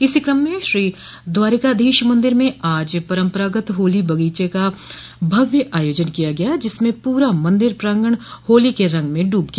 इसी कम में श्री द्वारिकाधोश मंदिर में आज परंपरागत होली बगोचे का भव्य आयोजन किया गया जिसमें पूरा मंदिर प्रांगण होली के रंग में डूब गया